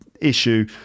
issue